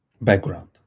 background